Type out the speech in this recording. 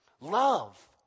Love